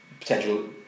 potential